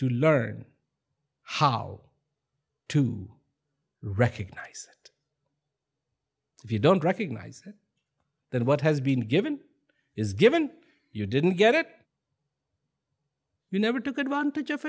to learn how to recognize if you don't recognize that what has been given is given you didn't get it you never took advantage of